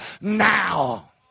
now